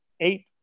eight